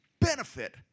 benefit